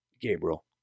Gabriel